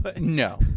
No